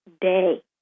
day